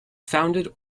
founded